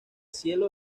cielo